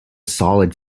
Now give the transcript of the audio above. solid